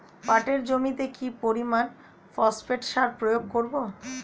পাটের জমিতে কি পরিমান ফসফেট সার প্রয়োগ করব?